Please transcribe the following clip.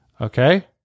okay